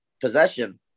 possession